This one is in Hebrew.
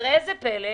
וראה זה פלא,